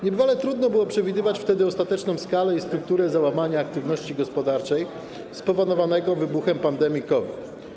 Niebywale trudno było przewidywać wtedy ostateczną skalę i strukturę załamania aktywności gospodarczej spowodowanego wybuchem pandemii COVID.